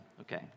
okay